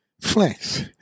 Flex